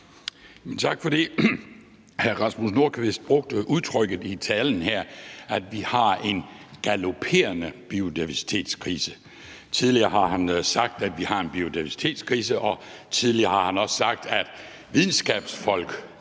Tak for det. Hr. Rasmus Nordqvist brugte i talen her udtrykket, at vi har en galopperende biodiversitetskrise. Tidligere har han sagt, at vi har en biodiversitetskrise, og tidligere har han også sagt, at videnskabsfolk